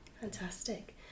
fantastic